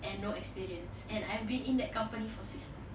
and no experience and I've been in that company for six months